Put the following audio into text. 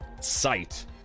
sight